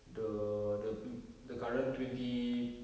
the the pe~ the current twenty